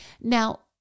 Now